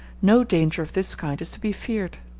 no danger of this kind is to be feared.